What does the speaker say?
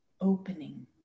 opening